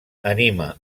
anima